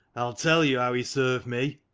i'll tell you how he served me.